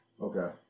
Okay